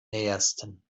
nähesten